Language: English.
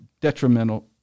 detrimental